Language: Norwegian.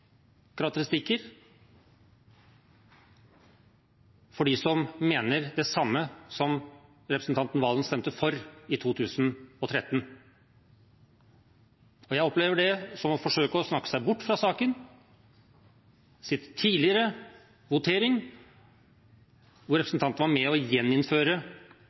som mener det samme som det representanten Serigstad Valen stemte for i 2013. Jeg opplever det som å forsøke å snakke seg bort fra saken og sin tidligere votering, hvor representanten var med på å gjeninnføre